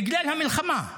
בגלל המלחמה,